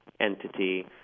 entity